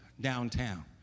downtown